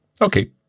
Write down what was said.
Okay